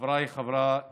חבריי חברי הכנסת,